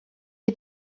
est